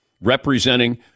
representing